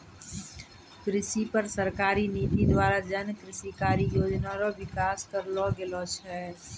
कृषि पर सरकारी नीति द्वारा जन कृषि कारी योजना रो विकास करलो गेलो छै